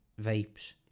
vapes